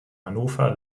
hannover